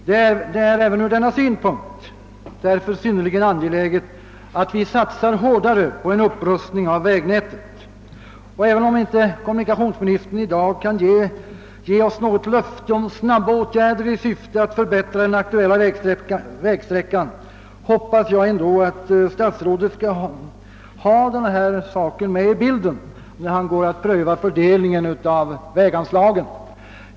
Det är även ur denna synpunkt synnerligen angeläget att vi satsar hårdare på en upprustning av vägnätet. Även om inte kommunikationsministern i dag kan ge oss något löfte om snabba åtgärder i syfte att förbättra den aktuella vägsträckan, hoppas jag att statsrådet skall ha denna synpunkt med i bilden när han går att pröva fördelningen av väganslagen.